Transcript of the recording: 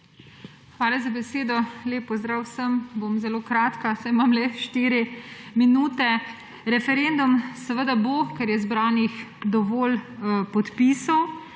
Hvala za besedo. Lep pozdrav vsem! Bom zelo kratka, saj imam le štiri minute. Referendum seveda bo, ker je zbranih dovolj podpisov.